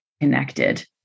connected